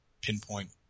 pinpoint